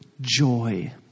Joy